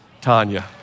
Tanya